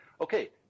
Okay